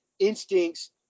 instincts